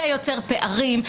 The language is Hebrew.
זה יוצר פערים,